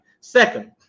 Second